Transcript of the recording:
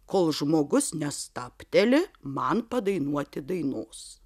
kol žmogus nestabteli man padainuoti dainos